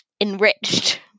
enriched